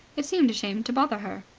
it seemed a shame to bother her.